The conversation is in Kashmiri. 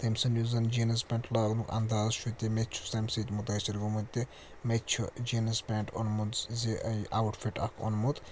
تٔمۍ سُنٛد یُس زَن جیٖنٕز پٮ۪نٛٹ لاگنُک اَنداز چھُ تہِ مےٚ تہِ چھُ تمہِ سۭتۍ مُتٲثِر گوٚمُت تہِ مےٚ تہِ چھُ جیٖنٕز پٮ۪نٛٹ اوٚنمُت زِ یہِ آوُٹ فِٹ اَکھ اوٚنمُت